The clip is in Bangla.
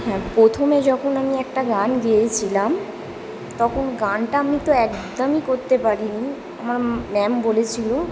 হ্যাঁ প্রথমে যখন আমি একটা গান গেয়েছিলাম তখন গানটা আমি তো একদমই করতে পারি নি আমার ম্যাম বলেছিলো